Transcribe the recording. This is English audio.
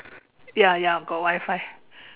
ya ya got Wi-Fi